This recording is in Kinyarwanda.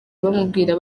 bamubwira